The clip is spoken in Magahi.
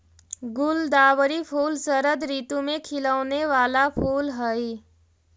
गुलदावरी फूल शरद ऋतु में खिलौने वाला फूल हई